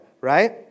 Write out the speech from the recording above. right